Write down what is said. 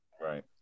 right